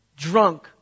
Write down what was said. Drunk